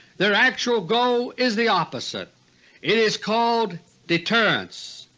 their actual goal is the opposite it is called deterrence.